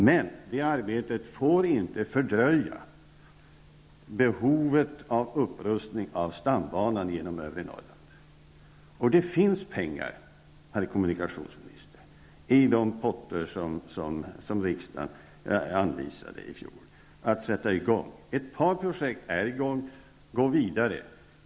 Men det arbetet får inte fördröja upprustningen av stambanan genom övre Norrland. Det finns pengar, herr kommunikationsminister, i de potter som riksdagen anvisade i fjol att sätta i gång med arbetet. Ett par projekt är i gång -- gå vidare.